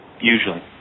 usually